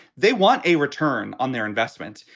they want a return on their investment.